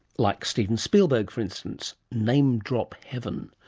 like steven spielberg, for instance. name drop heaven.